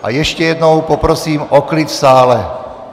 A ještě jednou poprosím o klid v sále.